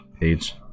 page